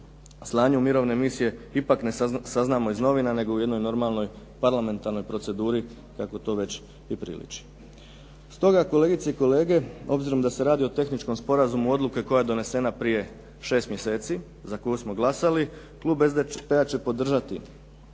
slanju mirovne misije ipak ne saznamo iz novina nego u jednoj normalnoj parlamentarnoj proceduri kako to već i priliči. Stoga kolegice i kolege, obzirom da se radi o tehničkom sporazumu odluke koja je donesena prije šest mjeseci za koju smo glasali klub SDP-a će podržati